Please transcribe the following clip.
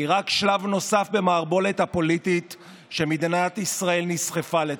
היא רק שלב נוסף במערבולת הפוליטית שמדינת ישראל נסחפה לתוכה.